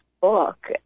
book